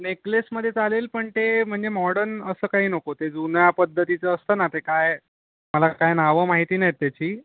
नेकलेसमध्ये चालेल पण ते म्हणजे मॉडन असं काही नको ते जुन्या पद्धतीचं असतं ना ते काय मला काय नावं माहिती नाहीत त्याची